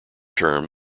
term